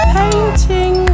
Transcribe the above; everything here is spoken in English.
painting